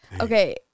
Okay